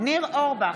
ניר אורבך,